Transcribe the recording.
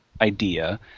idea